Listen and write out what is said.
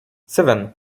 seven